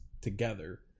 together